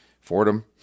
Fordham